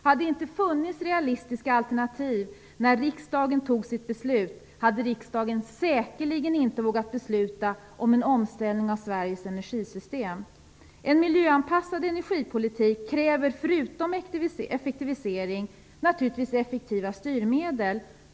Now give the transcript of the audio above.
Hade det inte funnits realistiska alternativ när riksdagen tog sitt beslut, hade riksdagen säkerligen inte vågat besluta om en omställning av Sveriges energisystem. En miljöanpassad energipolitik kräver förutom effektivisering naturligtvis också effektiva styrmedel.